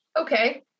Okay